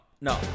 no